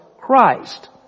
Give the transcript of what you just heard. Christ